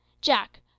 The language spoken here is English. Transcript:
jack